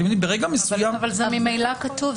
זה ממילא כתוב.